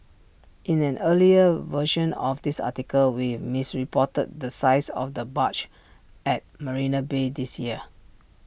in an earlier version of this article we misreported the size of the barge at marina bay this year